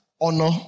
honor